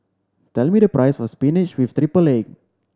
tell me the price of spinach with triple egg